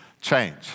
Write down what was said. change